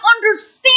understand